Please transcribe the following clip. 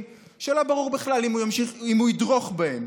שלא ברור בכלל אם הוא ידרוך בהם.